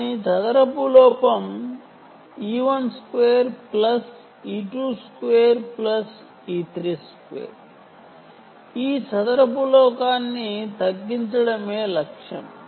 కానీ చదరపు error e1 2e2 2e3 2 ఈ చదరపు లోపాన్ని తగ్గించడమే లక్ష్యం